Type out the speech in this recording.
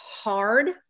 hard